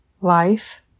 life